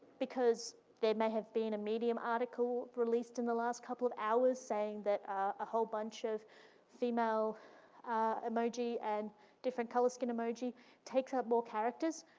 because there may have been a medium article released in the last couple of hours, saying that a whole bunch of female emoji and different color skin emoji takes up more characters.